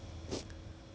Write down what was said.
who is a millionaire